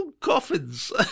coffins